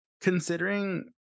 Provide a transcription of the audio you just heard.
considering